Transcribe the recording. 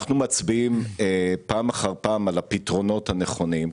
אנחנו מצביעים פעם אחר פעם על הפתרונות הנכונים,